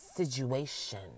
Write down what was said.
Situation